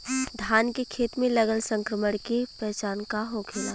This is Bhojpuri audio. धान के खेत मे लगल संक्रमण के पहचान का होखेला?